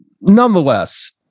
nonetheless